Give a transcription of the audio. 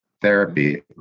therapy